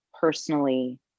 personally